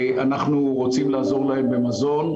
אנחנו רוצים לעזור להם במזון,